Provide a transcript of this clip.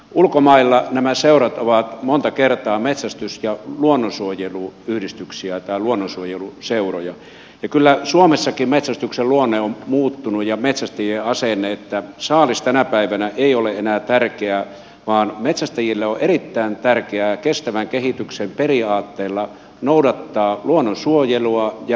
ulkomailla nämä seurat ovat monta kertaa metsästys ja luonnonsuojeluyhdistyksiä tai luonnonsuojeluseuroja ja kyllä suomessakin metsästyksen luonne ja metsästäjien asenne ovat muuttuneet niin että saalis tänä päivänä ei ole enää tärkeä vaan metsästäjille on erittäin tärkeää kestävän kehityksen periaatteella noudattaa luonnonsuojelua ja riistakantoja